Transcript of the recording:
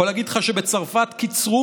אני יכול להגיד לך שבצרפת קיצרו,